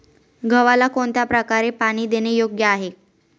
गव्हाला कोणत्या प्रकारे पाणी देणे योग्य आहे?